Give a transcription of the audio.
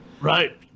Right